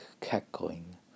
cackling